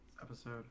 episode